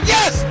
Yes